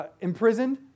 imprisoned